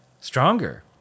Stronger